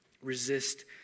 Resist